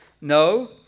no